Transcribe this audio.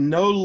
no